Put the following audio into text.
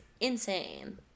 insane